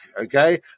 Okay